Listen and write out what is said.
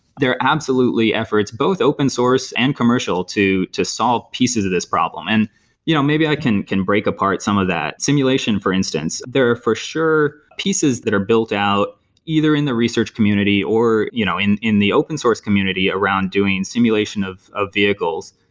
there are absolutely efforts both open source and commercial to to solve pieces of this problem. and you know maybe i can can break apart some of that, simulation for instance. there are for sure pieces that are built out either in the research community or you know in in the open source community around doing simulation of of vehicles.